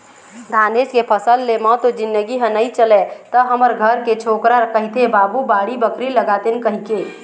धानेच के फसल ले म तो जिनगी ह नइ चलय त हमर घर के छोकरा कहिथे बाबू बाड़ी बखरी लगातेन कहिके